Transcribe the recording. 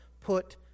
put